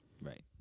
right